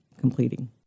completing